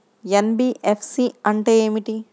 NBFC అంటే ఏమిటి?